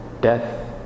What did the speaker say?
death